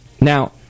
Now